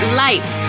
life